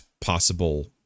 possible